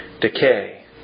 decay